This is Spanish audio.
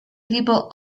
equipo